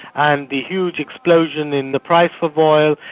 and the huge explosion in the price of oil,